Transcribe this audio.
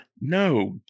no